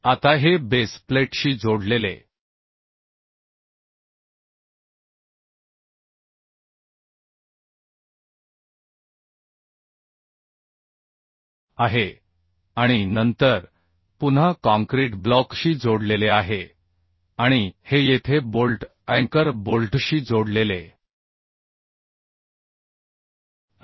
आता हे बेस प्लेटशी जोडलेले आहे आणि नंतर पुन्हा काँक्रीट ब्लॉकशी जोडलेले आहे आणि हे येथे बोल्ट अँकर बोल्टशी जोडलेले आहे